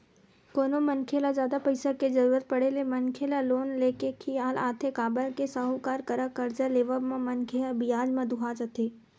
कोनो मनखे ल जादा पइसा के जरुरत पड़े ले मनखे ल लोन ले के खियाल आथे काबर के साहूकार करा करजा लेवब म मनखे ह बियाज म दूहा जथे